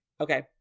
okay